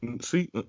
see